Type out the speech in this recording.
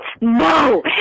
No